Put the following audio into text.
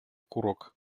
курок